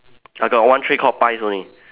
I got one tray called pies only